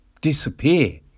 disappear